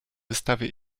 wystawy